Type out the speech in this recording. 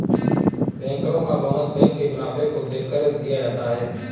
बैंकरो का bonus bank के मुनाफे को देखकर दिया जाता है